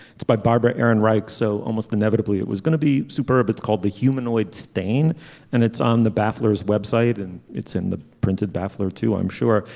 it's by barbara ehrenreich so almost inevitably it was going to be superb it's called the humanoid stain and it's on the battlers website and it's in the printed barfly too i'm sure.